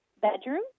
bedroom